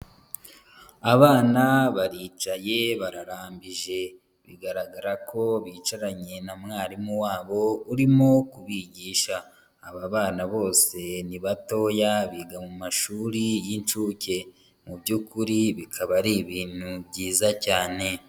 Abana baricaye, bararambije. Bigaragara ko bicaranye na mwarimu wabo urimo kubigisha. Aba bana bose ni batoya, biga mu mashuri y'incuke, mu by'ukuri bikaba ari ibintu byiza cyane.